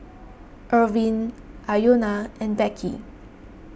Irvine Iona and Becky